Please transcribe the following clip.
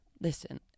listen